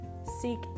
Seek